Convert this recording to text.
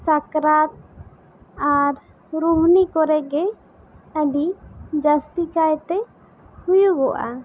ᱥᱟᱠᱨᱟᱛ ᱟᱨ ᱨᱩᱦᱱᱤ ᱠᱚᱨᱮ ᱜᱮ ᱟᱹᱰᱤ ᱡᱟᱹᱥᱛᱤ ᱠᱟᱭ ᱛᱮ ᱦᱩᱭᱩᱜᱚᱜᱼᱟ